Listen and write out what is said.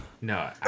no